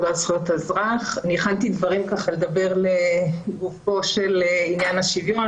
הכנתי דברים לדבר לגופו של עניין השוויון,